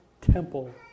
temple